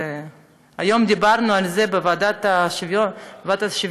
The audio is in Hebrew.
היום דיברנו על זה בוועדת השוויון,